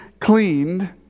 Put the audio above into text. cleaned